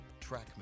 Trackman